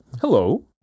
Hello